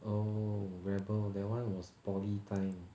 oh rebel that one was poly time